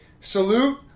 salute